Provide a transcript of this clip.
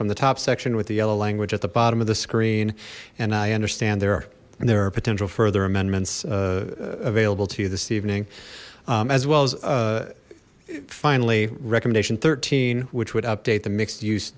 from the top section with the yellow language at the bottom of the screen and i understand there there are potential further amendments available to you this evening as well as finally recommendation thirteen which would update the mixed use